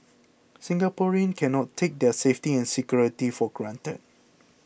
Singaporeans cannot take their safety and security for granted